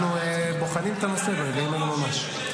אנחנו בוחנים את הנושא ברגעים אלה ממש.